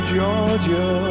Georgia